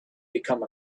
become